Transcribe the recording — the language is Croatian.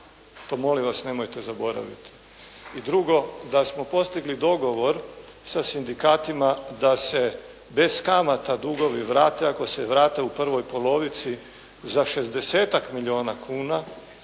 To molim vas, nemojte zaboraviti. I drugo, da smo postigli dogovor sa sindikatima, da se bez kamata dugovi vrate, ako se vrate u prvoj polovici za šezdesetak milijuna kuna,